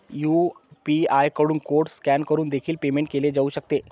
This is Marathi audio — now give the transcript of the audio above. यू.पी.आय कडून कोड स्कॅन करून देखील पेमेंट केले जाऊ शकते